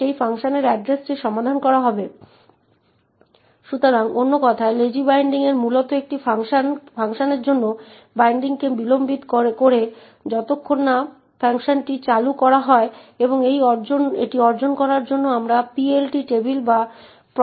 এবং নোট করুন যে এই ব্যবহারকারী স্ট্রিংটি printf এ একটি ফরমেট স্পেসিফাইর হিসাবে নির্দিষ্ট করা হয়েছে